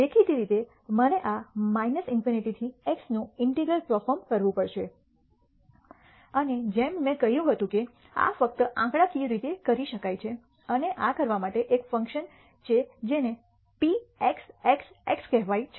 દેખીતી રીતે મારે આ ∞ થી x નું ઇન્ટીગ્રલ પર્ફોર્મ કરવું પડશે અને જેમ મેં કહ્યું હતું કે આ ફક્ત આંકડાકીય રીતે કરી શકાય છે અને આ કરવા માટે એક ફંકશન છે જેને pxxx કહેવાય છે